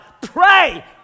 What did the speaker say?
Pray